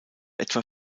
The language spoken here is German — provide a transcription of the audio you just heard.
etwa